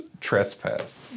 trespass